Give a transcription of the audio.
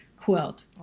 quilt